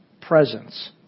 presence